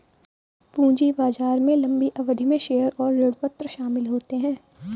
पूंजी बाजार में लम्बी अवधि में शेयर और ऋणपत्र शामिल होते है